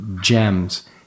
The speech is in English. gems